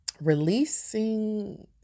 Releasing